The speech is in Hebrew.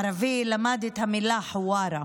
ערבי, למד את המילה חווארה,